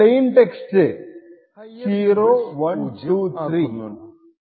plain text 0 1 2 3 ലെ ചില ബൈറ്റ്സിന് നമ്മൾ ഹയർ നിബ്ബ്ൾ പൂജ്യം ആക്കുന്നുണ്ട്